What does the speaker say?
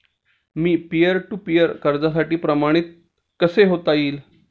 Me peer to peer कर्जासाठी प्रमाणित कसे होता येईल?